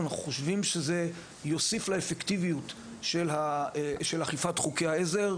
אנחנו חושבים שזה יוסיף לאפקטיביות של אכיפת חוקי העזר,